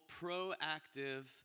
proactive